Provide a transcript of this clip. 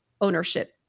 ownership